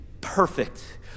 perfect